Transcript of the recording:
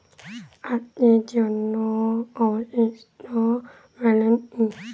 আজকের জন্য অবশিষ্ট ব্যালেন্স কি?